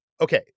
okay